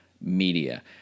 media